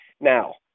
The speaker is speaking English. Now